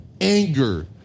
anger